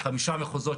חמישה מחוזות,